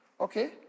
Okay